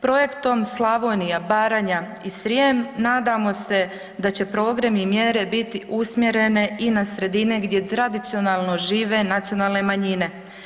Projektom Slavonija, Baranja i Srijem nadamo se da će programi i mjere biti usmjerene i na sredine gdje tradicionalno žive nacionalne manjine.